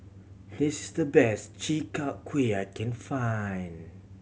this is the best Chi Kak Kuih I can find